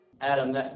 Adam